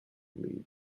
league